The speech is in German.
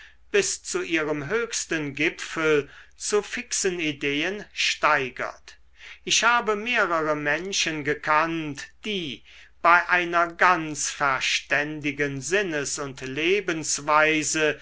bis zu ihrem höchsten gipfel zu fixen ideen steigert ich habe mehrere menschen gekannt die bei einer ganz verständigen sinnes und lebensweise